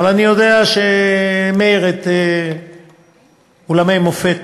אבל אני יודע, מאיר, אולמי מופ"ת,